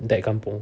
that kampung